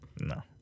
no